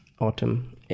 Autumn